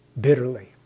bitterly